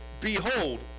behold